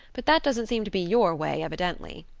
but that doesn't seem to be your way evidently.